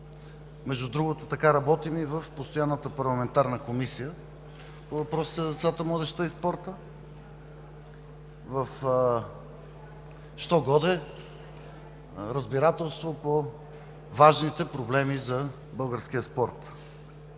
Между другото така работим и в постоянната парламентарна Комисия по въпросите на децата, младежта и спорта – в що-годе разбирателство по важните проблеми за българския спорт.